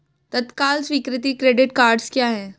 तत्काल स्वीकृति credit cards क्या हैं?